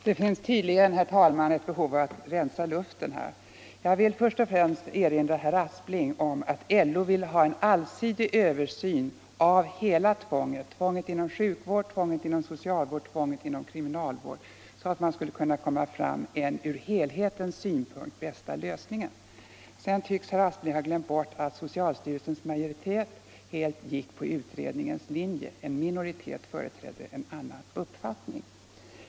Herr talman! Det finns tydligen ett behov av att rensa luften. Jag vill först och främst erinra herr Aspling om att LO önskar få en allsidig översyn av hela tvånget — tvånget inom sjukvården, tvånget inom socialvården och tvånget inom kriminalvården — så att man skall kunna nå fram till den från helhetssynpunkt bästa lösningen. Sedan tycks herr Aspling ha glömt bort att socialstyrelsens majoritet helt gick på utredningens linje. En minoritet företrädde en annan uppfattning.